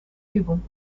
übung